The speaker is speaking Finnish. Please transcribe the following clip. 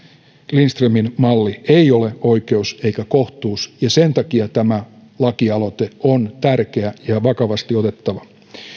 lindströmin malli ei ole oikeus eikä kohtuus ja sen takia tämä lakialoite on tärkeä ja vakavasti otettava